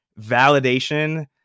validation